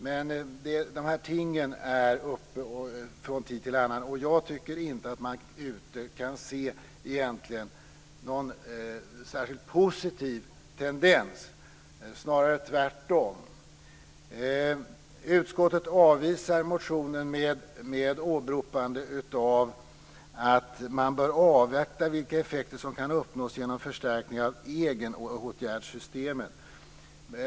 Men de här tingen är uppe från tid till annan, och jag tycker inte att man ute kan se någon särskilt positiv tendens, snarare tvärtom. Utskottet avvisar motionen med åberopande av att man bör avvakta vilka effekter som kan uppnås genom förstärkning av egenåtgärdssystemen.